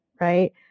right